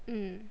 mm